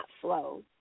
flow